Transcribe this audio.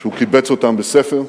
שהוא קיבץ אותם בספר,